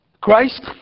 Christ